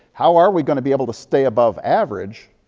how are we going to be able to stay above average?